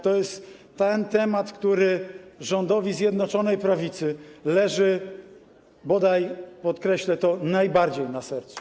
To jest ten temat, który rządowi Zjednoczonej Prawicy leży bodaj, podkreślę to, najbardziej na sercu.